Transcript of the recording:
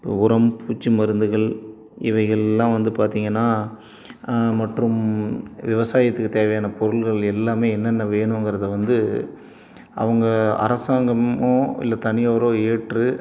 இப்போ உரம் பூச்சி மருந்துகள் இவைகளெல்லாம் வந்து பார்த்திங்கன்னா மற்றும் விவசாயத்துக்கு தேவையான பொருள்கள் எல்லாமே என்னென்ன வேணுங்கிறத வந்து அவங்க அரசாங்கமோ இல்லை தனியாரோ ஏற்று